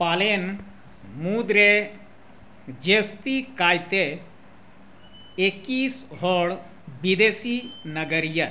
ᱯᱟᱞᱮᱱ ᱢᱩᱫᱽ ᱨᱮ ᱡᱟᱹᱥᱛᱤ ᱠᱟᱭᱛᱮ ᱮᱠᱤᱥ ᱦᱚᱲ ᱵᱤᱫᱮᱥᱤ ᱱᱟᱜᱟᱨᱤᱭᱟᱹ